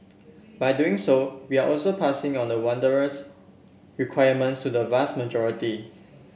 by doing so we are also passing on the onerous requirements to the vast majority